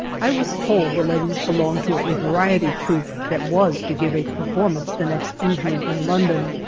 i was told the ladies belonged to a variety troupe that was to give a performance the next evening in london.